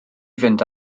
fynd